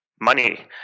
money